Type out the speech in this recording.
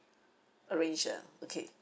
arrange ya okay